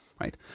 right